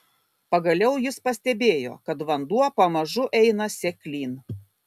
pagaliau jis pastebėjo kad vanduo pamažu eina seklyn